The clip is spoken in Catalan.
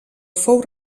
fou